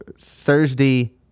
Thursday